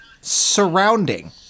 surrounding